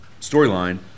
storyline